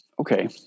okay